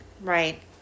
right